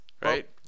right